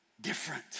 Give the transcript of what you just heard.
different